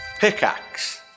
Pickaxe